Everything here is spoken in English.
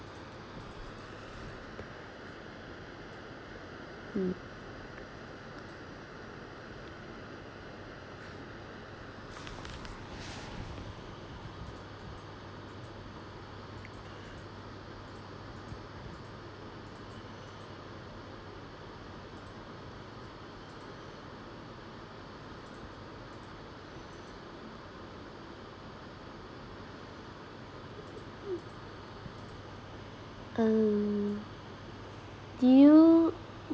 hmm do you